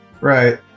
right